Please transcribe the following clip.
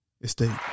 estate